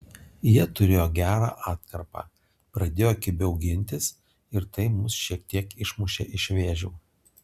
jie turėjo gerą atkarpą pradėjo kibiau gintis ir tai mus šiek tiek išmušė iš vėžių